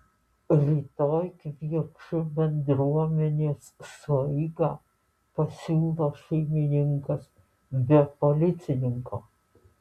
rytoj kviečiu bendruomenės sueigą pasiūlo šeimininkas be policininko